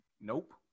Nope